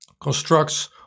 constructs